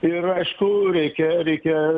ir aišku reikia reikia